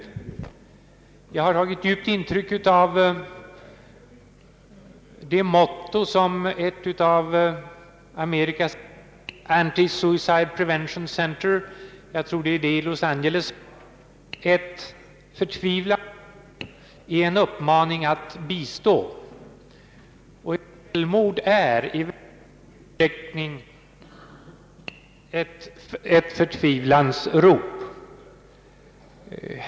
Jag har tagit stort intryck av mottot för »Suicide Prevention Center» i Los Angeles: »Ett förtvivlans rop är en uppmaning att bistå.» Och ett självmord är i stor utsträckning ett förtvivlans rop.